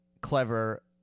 clever